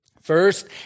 First